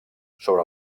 sobre